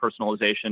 personalization